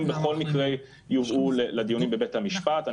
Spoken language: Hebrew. בכל מקרה יובאו לדיונים בבית המשפט.